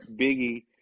Biggie